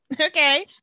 okay